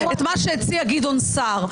את מה שהציע גדעון סער.